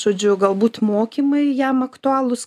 žodžiu galbūt mokymai jam aktualūs